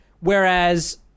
Whereas